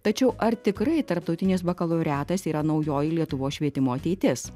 tačiau ar tikrai tarptautinis bakalaureatas yra naujoji lietuvos švietimo ateitis